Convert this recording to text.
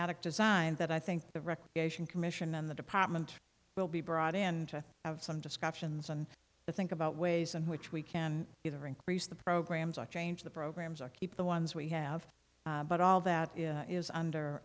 tic design that i think the recreation commission and the department will be brought in to have some discussions and to think about ways in which we can either increase the programs i change the programs or keep the ones we have but all that is